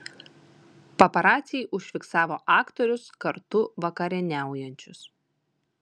paparaciai užfiksavo aktorius kartu vakarieniaujančius